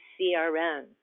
CRN